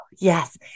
yes